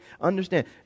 Understand